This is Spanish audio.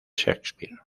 shakespeare